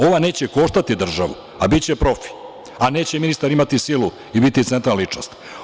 Ova neće koštati državu, a biće profi, a neće ministar imati silu i biti centralna ličnost.